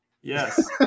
Yes